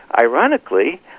ironically